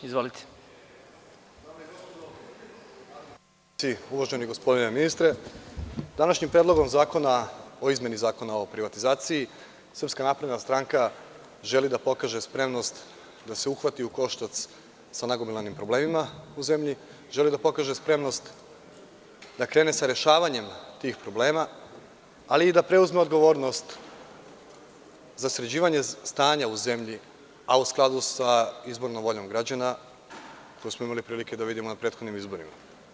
Dame i gospodo narodni poslanici, uvaženi gospodine ministre, današnjim Predlogom zakona o izmeni Zakona o privatizaciji SNS želi da pokaže spremnost da se uhvati u koštac sa nagomilanim problemima u zemlji, želi da pokaže spremnost da krene sa rešavanjem tih problema, ali i da preuzme odgovornost za sređivanje stanja u zemlji, a u skladu sa izbornom voljom građana koju smo imali prilike da vidimo na prethodnim izborima.